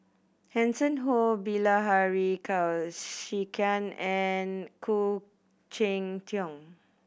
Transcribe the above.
Hanson Ho Bilahari Kausikan and Khoo Cheng Tiong